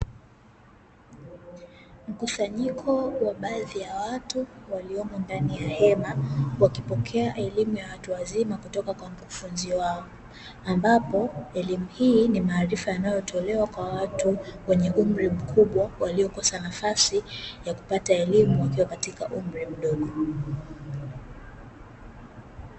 Mkusanyiko wa baadhi ya watu waliomo ndani ya hema wakipokea elimu ya watu wazima kutoka kwa mkufunzi wao, ambapo elimu hii ni maarifa yanayotolewa kwa watu wenye umri mkubwa waliokosa nafasi ya kupata elimu wakiwa katika umri mdogo.